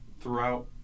throughout